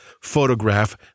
photograph